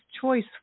choice